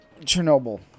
Chernobyl